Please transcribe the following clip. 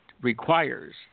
requires